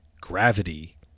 Gravity